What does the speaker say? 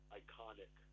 iconic